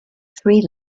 three